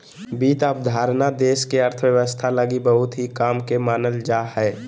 वित्त अवधारणा देश के अर्थव्यवस्था लगी बहुत ही काम के मानल जा हय